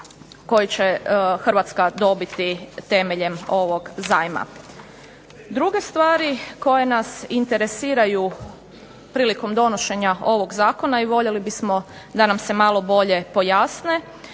koje će Hrvatska dobiti temeljem ovog zajma. Druge stvari koje nas interesiraju prilikom donošenja ovog zakona i voljeli bismo da nam se malo bolje pojasne